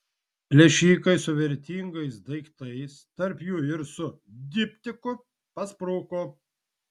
plėšikai su vertingais daiktais tarp jų ir su diptiku paspruko